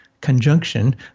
conjunction